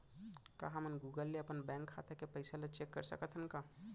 का हमन गूगल ले अपन बैंक खाता के पइसा ला चेक कर सकथन का?